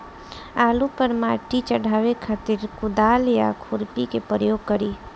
आलू पर माटी चढ़ावे खातिर कुदाल या खुरपी के प्रयोग करी?